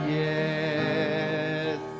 yes